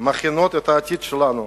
מכינות את העתיד שלנו.